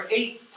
eight